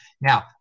Now